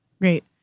great